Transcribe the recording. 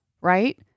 right